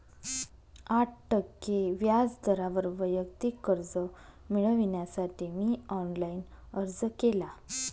आठ टक्के व्याज दरावर वैयक्तिक कर्ज मिळविण्यासाठी मी ऑनलाइन अर्ज केला